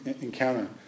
encounter